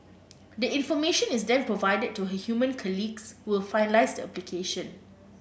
the information is then provided to her human colleagues who will finalize the application